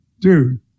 dude